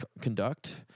Conduct